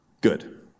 Good